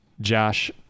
Josh